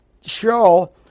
show